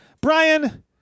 Brian